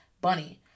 Bunny